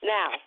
Now